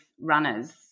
runners